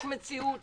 יש מציאות,